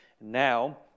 Now